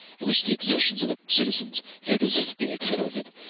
and which the exertions of the citizens had irresistibly accelerated,